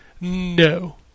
No